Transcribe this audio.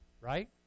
right